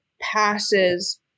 passes